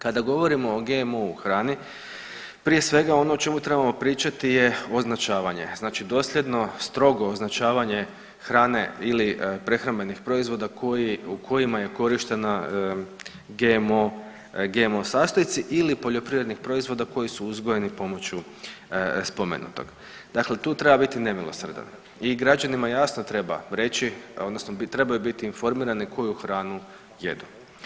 Kada govorimo o GMO hrani prije svega ono o čemu trebamo pričati je označavanje, znači dosljedno strogo označavanje hrane ili prehrambenih proizvoda koji, u kojima je korištena GMO, GMO sastojci ili poljoprivrednih proizvoda koji su uzgojeni pomoću spomenutog, dakle tu treba biti nemilosrdan i građanima jasno treba reći odnosno trebaju biti informirani koju hranu jedu.